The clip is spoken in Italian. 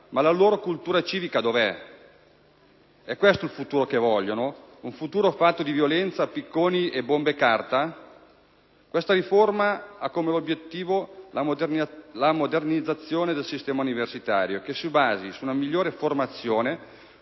Ma la loro cultura civica dov'è? E' questo il futuro che vogliono? Un futuro fatto di violenza, picconi e bombe carta? Questa riforma ha come obiettivo la modernizzazione del sistema universitario in modo che si basi su una migliore formazione,